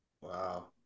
Wow